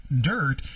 Dirt